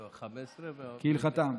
זה היה 15, כהלכתן.